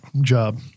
job